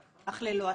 אך ללא הצלחה.